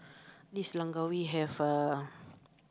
this Langkawi have a